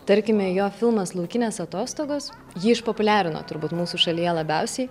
tarkime jo filmas laukinės atostogos jį išpopuliarino turbūt mūsų šalyje labiausiai